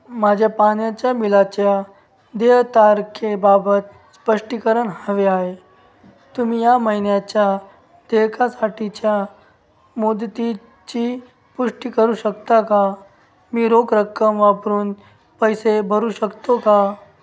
माझ्या पाण्याच्या बिलाच्या देय तारखेबाबत स्पष्टीकरण हवे आहे तुम्ही या महिन्याच्या देयकासाठीच्या मुदतीची पुष्टी करू शकता का मी रोख रक्कम वापरून पैसे भरू शकतो का